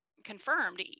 confirmed